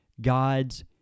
God's